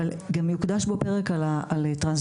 אבל גם יוקדש בו פרק על טרנסג'נדרים,